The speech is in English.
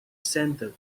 center